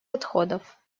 отходов